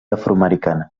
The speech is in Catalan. afroamericana